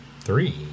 Three